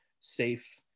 safe